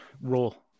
roll